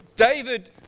David